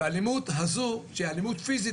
באלימות הזו שהיא אלימות פיזית,